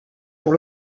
pour